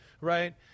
right